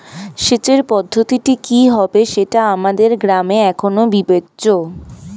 সেচের পদ্ধতিটি কি হবে সেটা আমাদের গ্রামে এখনো বিবেচ্য